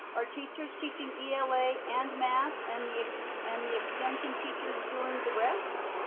are teachers teaching ela and math and the and the extension teachers doing the rest?